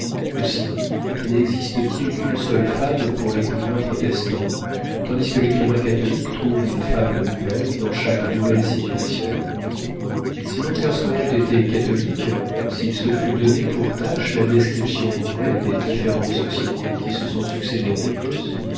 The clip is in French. aussi n'existe-t-il qu'une seule femme pour l'écrivain protestant tandis que l'écrivain catholique trouve une femme nouvelle dans chaque nouvelle situation si walter scott eût été catholique s'il se fût donné pour tâche la description vraie des différentes sociétés qui se sont succédé en ecosse